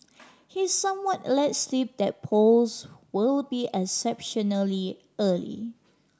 he somewhat let slip that polls will be exceptionally early